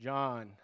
John